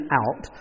out